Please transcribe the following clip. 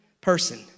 person